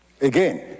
Again